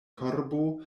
korbo